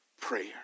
prayer